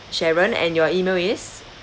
sharon and your email is